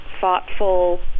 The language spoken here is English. thoughtful